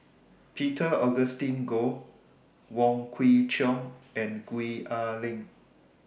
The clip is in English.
Peter Augustine Goh Wong Kwei Cheong and Gwee Ah Leng